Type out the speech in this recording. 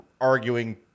arguing